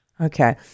Okay